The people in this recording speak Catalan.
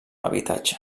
habitatge